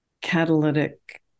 catalytic